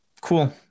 cool